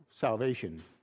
salvation